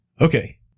Okay